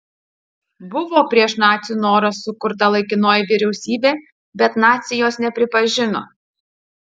buvo prieš nacių norą sukurta laikinoji vyriausybė bet naciai jos nepripažino